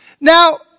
Now